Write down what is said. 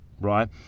right